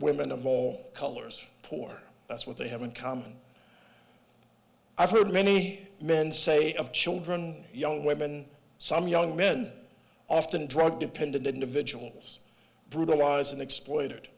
women of all colors poor that's what they have in common i've heard many men say of children young women some young men often drug dependent individuals brutalized and exploited